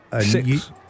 Six